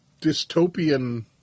dystopian